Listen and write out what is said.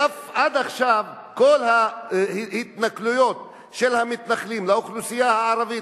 ואף עד עכשיו כל ההתנכלויות של המתנחלים לאוכלוסייה הערבית,